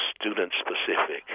student-specific